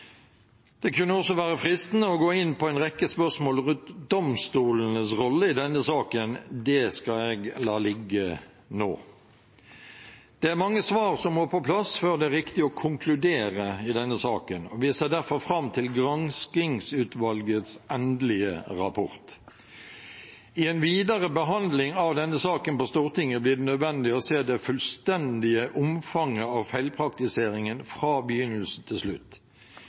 Det kunne også være fristende å gå inn på en rekke spørsmål rundt domstolenes rolle i denne saken. Det skal jeg la ligge nå. Det er mange svar som må på plass før det er riktig å konkludere i denne saken, og vi ser derfor fram til granskingsutvalgets endelige rapport. I en videre behandling av denne saken på Stortinget blir det nødvendig å se det fullstendige omfanget av feilpraktiseringen fra begynnelse til slutt.